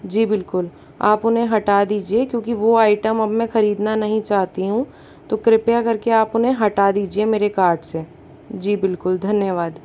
जी बिल्कुल आप उन्हें हटा दीजिए क्योंकि वो आइटम अब मै खरीदना नहीं चाहती हूँ तो कृपया करके आप उन्हें हटा दीजिए मेरे कार्ट से जी बिल्कुल धन्यवाद